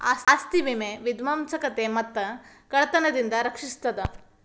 ಆಸ್ತಿ ವಿಮೆ ವಿಧ್ವಂಸಕತೆ ಮತ್ತ ಕಳ್ತನದಿಂದ ರಕ್ಷಿಸ್ತದ